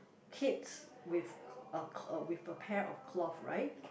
kids with a with a pair of cloth right